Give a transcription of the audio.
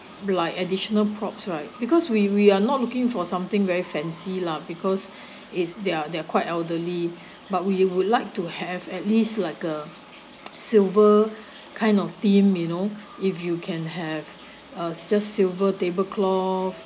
like additional props right because we we are not looking for something very fancy lah because it's they're they're quite elderly but we would like to have at least like a silver kind of theme you know if you can have uh just silver tablecloth